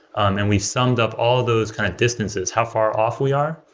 um and we summed up all of those kind of distances, how far off we are?